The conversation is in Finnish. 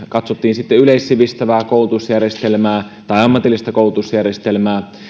katsottiin sitten meidän yleissivistävää koulutusjärjestelmää tai ammatillista koulutusjärjestelmää